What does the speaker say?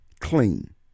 clean